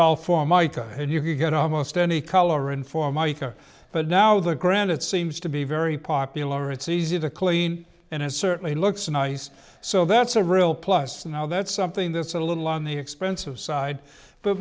all formica and you could get almost any color in for mica but now the granite seems to be very popular it's easy to clean and it certainly looks nice so that's a real plus now that's something that's a little on the expensive side but